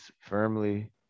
firmly